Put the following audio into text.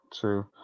True